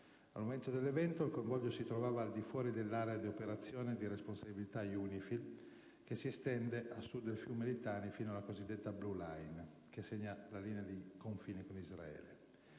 Al momento dell'evento, il convoglio si trovava al di fuori dell'area di operazione e di responsabilità di UNIFIL, che si estende a Sud del fiume Litani fino alla cosiddetta *Blue Line*, che segna la linea di confine con Israele.